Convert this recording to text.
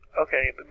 okay